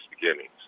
beginnings